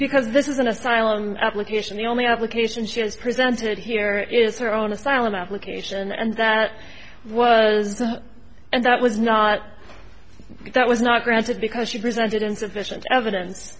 because this is an asylum application the only application she has presented here is her own asylum application and that was and that was not that was not granted because she presented insufficient evidence